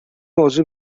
موضوع